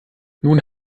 nun